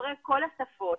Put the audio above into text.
לדוברי כל השפות.